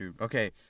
Okay